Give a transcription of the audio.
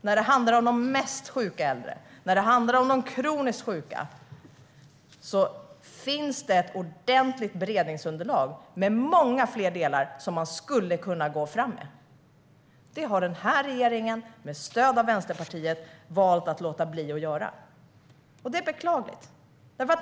När det handlar om de mest sjuka äldre och om de kroniskt sjuka finns det ett ordentligt beredningsunderlag med många fler delar som man skulle kunna gå fram med. Det har denna regering, med stöd av Vänsterpartiet, valt att låta bli att göra. Detta är beklagligt.